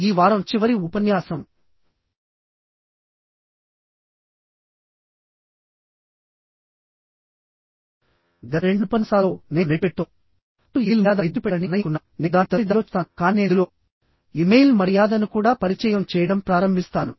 మాకు ఈ వారంలో చివరి రెండు ఉపన్యాసాలు ఉన్నాయి మరియు గత రెండు ఉపన్యాసాలలో నేను నెటిక్వెట్తో పాటు ఇమెయిల్ మర్యాదలపై దృష్టి పెట్టాలని నిర్ణయించుకున్నాను నేను దానిని తదుపరి దానిలో చేస్తాను కానీ నేను ఇందులో ఇమెయిల్ మర్యాదను కూడా పరిచయం చేయడం ప్రారంభిస్తాను